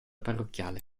parrocchiale